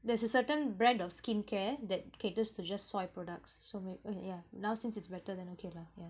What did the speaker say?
there's a certain brand of skincare that caters to just soy products so may~ me~ yeah now since it's better then okay lah yeah